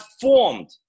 formed